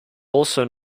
also